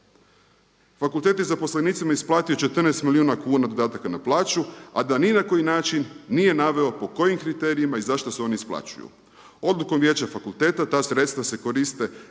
Fakultet je zaposlenicima isplatio 14 milijuna kuna dodataka na plaću, a da ni na koji način nije naveo po kojim kriterijima i zašto se oni isplaćuju. Odlukom Vijeća fakulteta ta sredstva se koriste